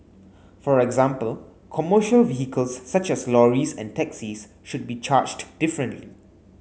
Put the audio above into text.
for example commercial vehicles such as lorries and taxis should be charged differently